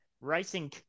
Racing